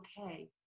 okay